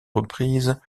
reprises